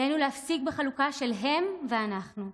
עלינו להפסיק בחלוקה של "הם" "ואנחנו".